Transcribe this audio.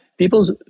People's